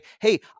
hey